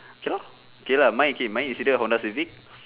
okay lor okay lah mine is either Honda Civic